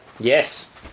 Yes